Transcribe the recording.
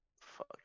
Fuck